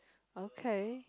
okay